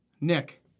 Nick